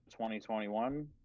2021